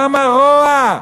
כמה רוע.